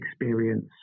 experience